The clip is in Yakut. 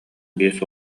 биэс